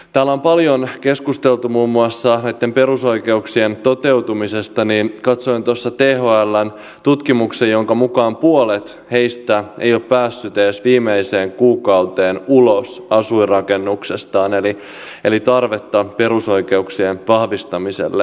täällä on paljon keskusteltu muun muassa näitten perusoikeuksien toteutumisesta katsoin tuossa thln tutkimuksen jonka mukaan puolet heistä ei ole päässyt edes viimeiseen kuukauteen ulos asuinrakennuksestaan eli tarvetta perusoikeuksien vahvistamiselle on